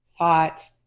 thought